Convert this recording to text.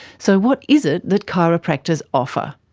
so what is it that chiropractors offer?